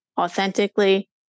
authentically